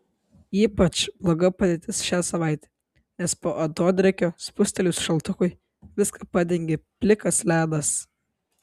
ypač bloga padėtis šią savaitę nes po atodrėkio spustelėjus šaltukui viską padengė plikas ledas